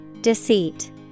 Deceit